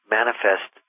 manifest